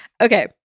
Okay